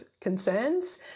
concerns